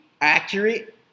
accurate